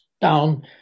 down